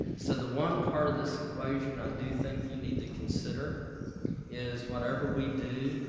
so the one part of this equation i do think you need to consider is, whatever we do,